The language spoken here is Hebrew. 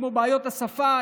כמו בעיות השפה,